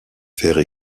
faire